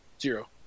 Zero